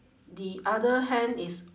the other hand is